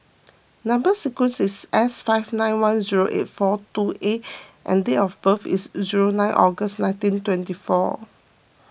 Number Sequence is S five nine one zero eight four two A and date of birth is zero nine August nineteen twenty four